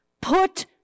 put